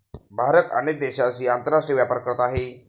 भारत अनेक देशांशी आंतरराष्ट्रीय व्यापार करत आहे